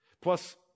Plus